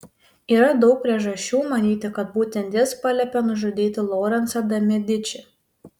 yra daug priežasčių manyti kad būtent jis paliepė nužudyti lorencą de medičį